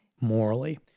morally